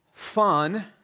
fun